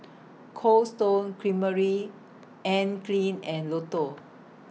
Cold Stone Creamery Anne Klein and Lotto